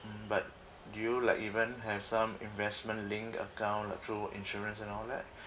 mm but do you like even have some investment linked account through insurance and all that